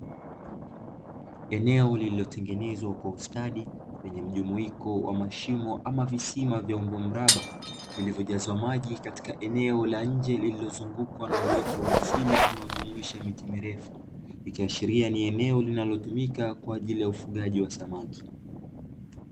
Eneo lililotengenezwa kwa ustadi, lenye mjumuiko wa mashimo ama visima vya umbo mraba, vilivyojazwa maji katika eneo la nje lililozungukwa na uoto wa asili unaojumuisha miti mirefu, ikiashiria ni eneo linalotumika kwa ajili ya ufugaji wa samaki.